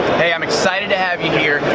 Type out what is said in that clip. hey i'm excited to have you here.